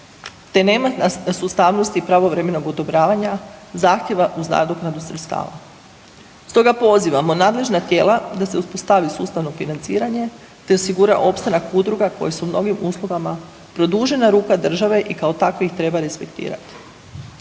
te nema sustavnosti i pravovremenog odobravanja zahtjeva uz nadoknadu sredstava. Stoga pozivamo nadležna tijela da se uspostavi sustavno financiranje te osigura opstanak udruga koje su mnogim usluga produžena ruka država i kao takve ih treba respektirati.